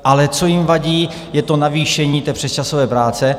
Ale co jim vadí, je navýšení té přesčasové práce.